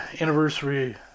anniversary